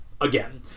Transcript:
again